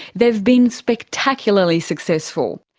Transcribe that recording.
they have been spectacularly successful.